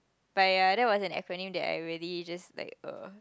but ya that was an acronym that I really just like uh